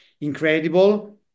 incredible